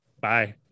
Bye